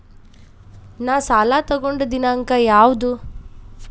ನಾ ಸಾಲ ತಗೊಂಡು ದಿನಾಂಕ ಯಾವುದು?